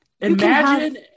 Imagine